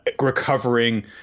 recovering